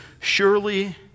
Surely